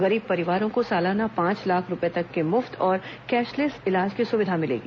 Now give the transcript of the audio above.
गरीब परिवारों को सालाना पांच लाख रूपये तक के मुफ्त और कैशलेस इलाज की सुविधा मिलेगी